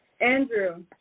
Andrew